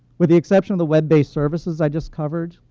with the exception of the web-based services i just covered,